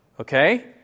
Okay